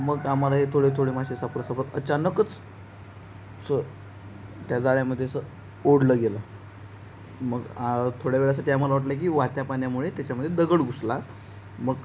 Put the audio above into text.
मग आम्हाला हे थोडे थोडे मासे सापडत अचानकच च त्या जाळ्यामध्ये असं ओढलं गेलं मग थोड्या वेळासाठी आम्हाला वाटलं की वाहत्या पाण्यामुळे त्याच्यामध्ये दगड घुसला मग